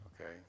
Okay